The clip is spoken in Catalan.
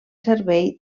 servei